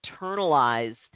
internalized